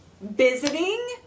Visiting